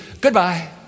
Goodbye